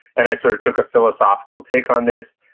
and i sort of took a philosophical take on this.